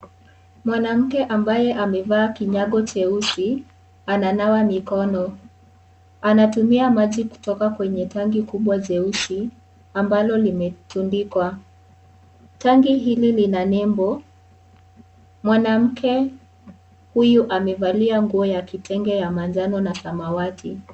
Mwanamke ambaye amevaa kinyago cheusi ananawa mikono. Anatumia maji kutoka kwenye tanki kubwa jeusi, ambalo limetundikwa. Tanki hili lina nembo. Mwanamke huyu, amevalia nguo ya kitenge ya manjano na samawati.